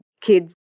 kids